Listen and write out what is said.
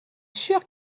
sûr